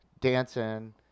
dancing